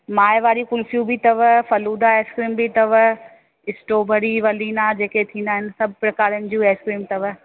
माए वारी कुल्फियूं बि अथव फ़ालूदा आइस्क्रीम बि अथव इस्ट्रॉबरी वलीना जेके बि थींदा आहिनि सभ प्रकारनि जूं आइस्क्रीम अथव